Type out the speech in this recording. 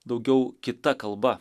daugiau kita kalba